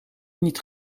niet